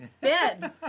bed